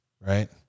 right